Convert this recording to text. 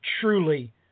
truly